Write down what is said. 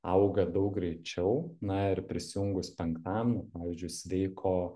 auga daug greičiau na ir prisijungus penktam pavyzdžiui sveiko